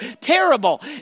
terrible